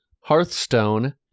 Hearthstone